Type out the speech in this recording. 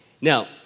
Now